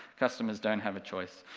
customers don't have a choice.